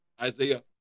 Isaiah